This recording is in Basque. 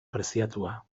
preziatua